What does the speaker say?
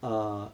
err